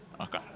okay